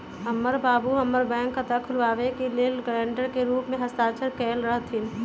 हमर बाबू हमर बैंक खता खुलाबे के लेल गरांटर के रूप में हस्ताक्षर कयले रहथिन